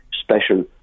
special